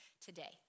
today